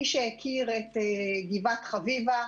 מי שהכיר את גבעת חביבה,